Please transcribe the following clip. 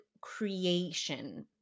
creation